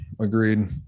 Agreed